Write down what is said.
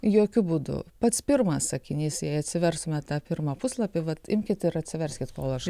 jokiu būdu pats pirmas sakinys jei atsiverstumėt tą pirmą puslapį vat imkit ir atsiverskit kol aš